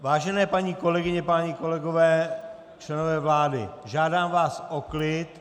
Vážené paní kolegyně, páni kolegové, členové vlády, žádám vás o klid.